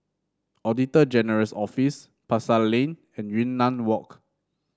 Auditor General's Office Pasar Lane and Yunnan Walk